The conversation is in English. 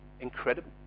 incredible